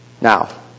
Now